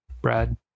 Brad